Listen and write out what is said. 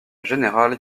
générale